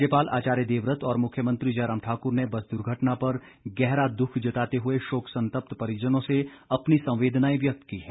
राज्यपाल आचार्य देवव्रत और मुख्यमंत्री जयराम ठाक्र ने बस द्वर्घटना पर गहरा दुख जताते हुए शोक संतप्त परिजनों से अपनी संवेदनाएं व्यक्त की हैं